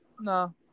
No